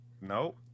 Nope